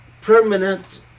permanent